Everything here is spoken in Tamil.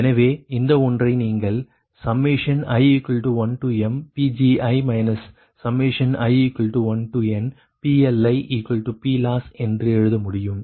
எனவே இந்த ஒன்றை நீங்கள் i1mPgi i1nPLiPloss என்று எழுத முடியும்